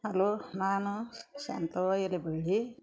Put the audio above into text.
hello ನಾನು ಶಾಂತವ್ವ ಯಲಬುರ್ಗಿ